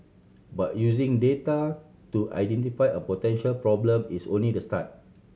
but using data to identify a potential problem is only the start